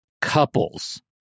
couples